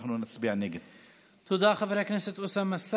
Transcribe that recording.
תודה רבה, אדוני היושב-ראש.